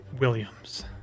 williams